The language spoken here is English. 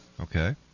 Okay